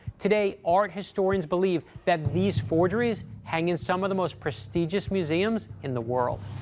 today, art historians believe that these forgeries hang in some of the most prestigious museums in the world.